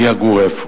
מי יגור איפה.